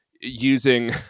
using